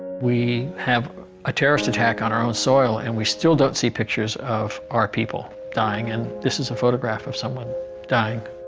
we have a terrorist attack on our own soil and we still don't see pictures of our people dying and this is a photograph of someone dying